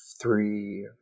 three